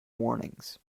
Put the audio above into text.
warnings